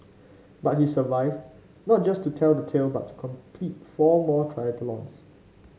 but he survived not just to tell the tale but to complete four more triathlons